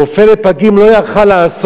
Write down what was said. הרופא לפגים לא יכול היה לעשות.